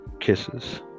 kisses